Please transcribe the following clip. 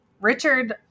Richard